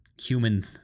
human